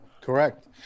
correct